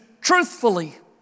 truthfully